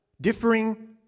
Differing